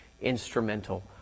instrumental